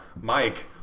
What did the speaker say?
Mike